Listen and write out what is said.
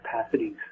capacities